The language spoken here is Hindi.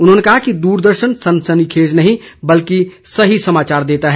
उन्होंने कहा कि दूरदर्शन सनसनीखेज नहीं बल्कि सही समाचार देता है